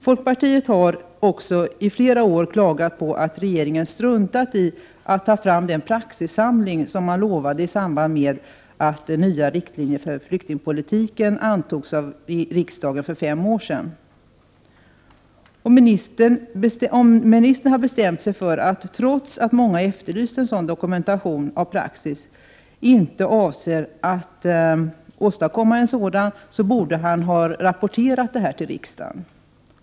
Folkpartiet har också i flera år klagat på att regeringen struntat i att ta fram den praxissamling som man lovade ta fram i samband med att nya riktlinjer för flyktingpolitiken antogs av riksdagen för fem år sedan. Om ministern har bestämt sig för att, trots att många efterlyst en sådan dokumentation av praxis, inte åstadkomma en sådan, så borde han ha rapporterat detta till riksdagen.